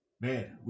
man